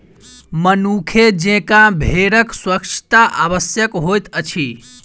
मनुखे जेंका भेड़क स्वच्छता आवश्यक होइत अछि